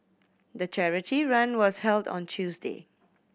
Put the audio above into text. the charity run was held on Tuesday